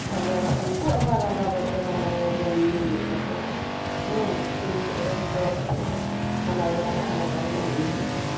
ᱛᱟᱞᱦᱮ ᱩᱝᱠᱩ ᱟᱵᱟᱨ ᱟᱞᱟᱫᱟ ᱵᱟᱞᱟᱭᱟ ᱡᱚᱢ ᱧᱩ ᱦᱩᱭᱩᱜ ᱛᱟᱠᱚᱣᱟ ᱦᱮᱸ ᱠᱩᱲᱤ ᱥᱮᱜ ᱨᱮᱱ ᱠᱚᱲᱟ ᱥᱮᱜ ᱨᱮᱱ ᱵᱟᱞᱟᱭᱟ ᱟᱞᱟᱫᱟ ᱡᱚᱢ ᱧᱩ ᱦᱩᱭᱩᱜ ᱛᱟᱠᱚᱣᱟ